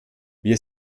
wir